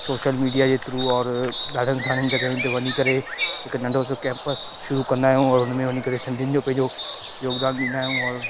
social media जे through और ॾाढनि सारनि जॻहियुनि ते वञी करे हिकु नंढो सो कैंपस शुरू कंदा आहियूं और उनमें वञी करे सिंधीयुनि जो पंहिंजो योगदानु ॾींदा आहियूं और